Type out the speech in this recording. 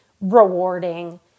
rewarding